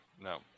no